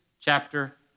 chapter